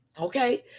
Okay